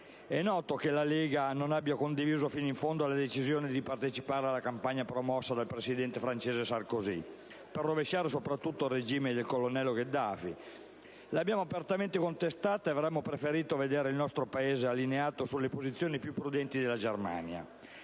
È noto come la Lega non abbia condiviso fino in fondo la decisione di partecipare alla campagna promossa dal presidente francese Sarkozy, soprattutto per rovesciare il regime del colonnello Gheddafi. L'abbiamo apertamente contestata e avremmo preferito vedere il nostro Paese allineato sulle posizioni più prudenti della Germania.